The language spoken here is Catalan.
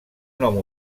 nom